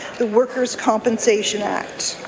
the workers' compensation act